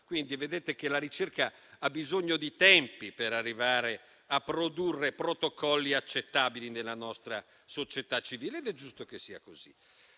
Quindi, vedete come la ricerca abbia bisogno di tempi per arrivare a produrre protocolli accettabili nella nostra società civile, ed è giusto che sia così.